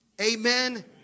amen